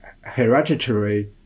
hereditary